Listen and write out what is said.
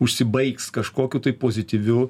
užsibaigs kažkokiu tai pozityviu